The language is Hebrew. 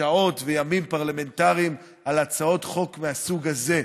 שעות וימים פרלמנטריים על הצעות חוק מהסוג הזה,